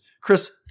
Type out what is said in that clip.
Chris